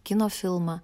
kino filmą